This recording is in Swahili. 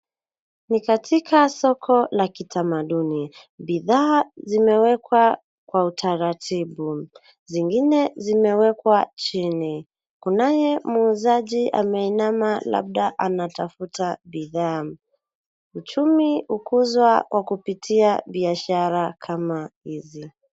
Ni katika soko la kitamaduni bidhaa zimewekwa kwa utaratibu , zingine zimewekwa chini, kunaye muhuzaji ameinama labda anatafuta bidhaa uchumi ukuswa kwa kupitia biashara kama hizi